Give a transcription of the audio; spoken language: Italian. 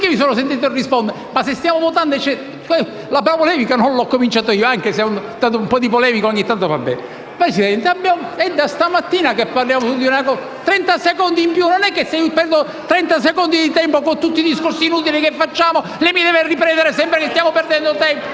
non è che se mi prendo trenta secondi di tempo, con tutti i discorsi inutili che facciamo, lei mi deve riprendere sempre dicendo che stiamo perdendo tempo: